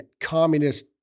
Communist